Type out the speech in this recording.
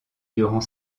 durant